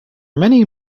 many